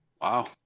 Wow